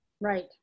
Right